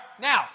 Now